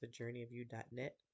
thejourneyofyou.net